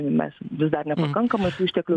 mes vis dar nepakankamai tų išteklių